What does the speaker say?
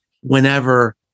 whenever